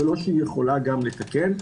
ולא שיכולה גם לתקן.